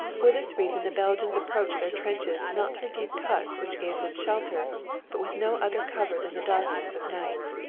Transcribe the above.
for this reason the belgians approached their trenches not through deep cuts which gave them shelter but with no other cover than the darkness of night.